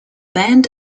band